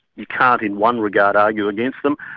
you can't in one regard argue against them,